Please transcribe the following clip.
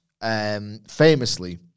famously